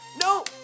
No